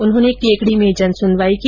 उन्होंने केकडी में जनसुनवाई की